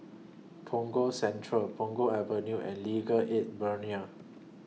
Punggol Central Punggol Avenue and Legal Aid Bureau